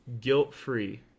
guilt-free